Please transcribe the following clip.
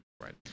right